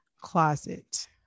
closet